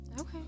Okay